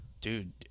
dude